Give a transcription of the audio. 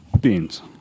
beans